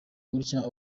gutya